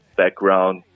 background